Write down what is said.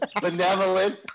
benevolent